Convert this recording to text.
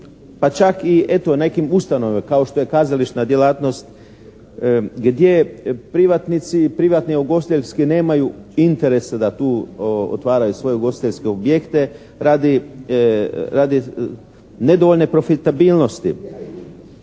pa čak eto u nekim ustanovama, kao što je kazališna djelatnost gdje privatnici i privatne ugostiteljske nemaju interesa da tu otvaraju svoje ugostiteljske objekte radi nedovoljne profitabilnosti.